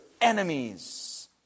enemies